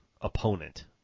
opponent